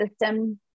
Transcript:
system